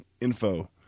info